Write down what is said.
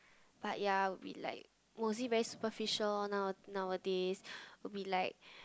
but ya we'll be like mostly very superficial orh now nowadays we'll be like